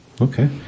okay